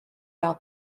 out